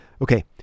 Okay